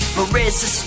Marissa